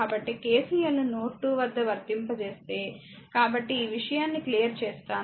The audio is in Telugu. కాబట్టి KCL ను నోడ్ 2 వద్ద వర్తింపచేస్తే కాబట్టి నేను ఈ విషయాన్ని క్లియర్ చేస్తాను